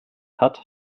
hat